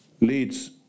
leads